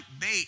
bait